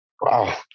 Wow